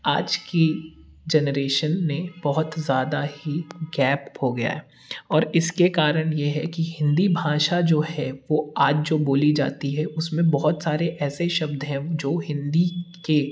आज की जेनरेशन ने बहुत ज़्यादा ही गैप हो गया है और इसके कारण यह है कि हिन्दी भाषा जो है वो आज जो बोली जाती है उसमें बहुत सारे ऐसे शब्द हैं जो हिन्दी के